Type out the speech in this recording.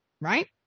right